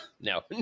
No